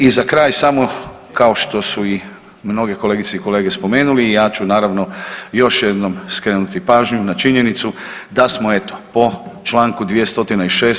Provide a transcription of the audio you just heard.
I za kraj samo, kao što su i mnoge kolegice i kolege spomenuli i ja ću naravno još jednom skrenuti pažnju na činjenicu da smo eto po Članku 206.